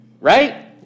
right